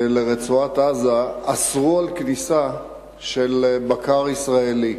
לרצועת-עזה, אסרו כניסה של בקר ישראלי.